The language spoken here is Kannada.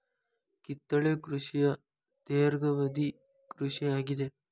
ಕಿತ್ತಳೆ ಕೃಷಿಯ ಧೇರ್ಘವದಿ ಕೃಷಿ ಆಗಿದೆ